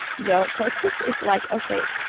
your podcast, it's like, ok.